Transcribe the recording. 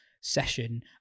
session